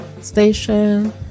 station